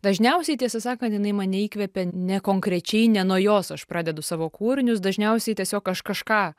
dažniausiai tiesą sakant jinai mane įkvepia ne konkrečiai ne nuo jos aš pradedu savo kūrinius dažniausiai tiesiog aš kažką